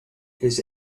his